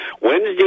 Wednesday